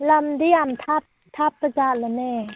ꯂꯝꯗꯤ ꯌꯥꯝ ꯊꯥꯞꯄ ꯖꯥꯠꯂꯅꯦ